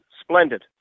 splendid